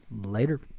Later